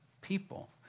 people